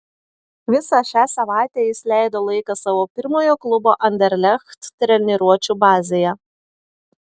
visą šią savaitę jis leido laiką savo pirmojo klubo anderlecht treniruočių bazėje